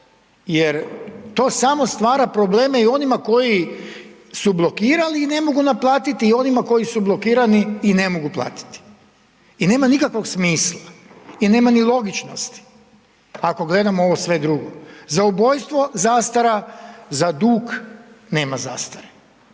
jer to samo stvara probleme i onima koji su blokirali i ne mogu naplatiti onima koji su blokirani i ne mogu platiti i nema nikakvog smisla i nema ni logičnosti ako gledamo ovo sve drugo. Za ubojstvo zastara, za dug nema zastare.